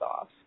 off